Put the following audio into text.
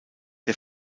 der